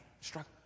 struck